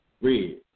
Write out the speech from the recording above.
Red